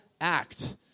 act